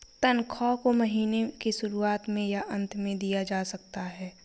तन्ख्वाह को महीने के शुरुआत में या अन्त में दिया जा सकता है